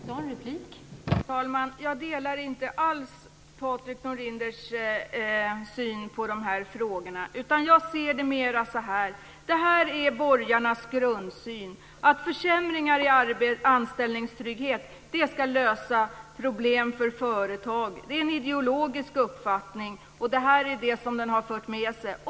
Fru talman! Jag delar inte alls Runar Patrikssons syn på de här frågorna. Jag ser det mer så här: Det här är borgarnas grundsyn. Försämringar i anställningstrygghet ska lösa problem för företag. Det är en ideologisk uppfattning, och detta är vad den har fört med sig.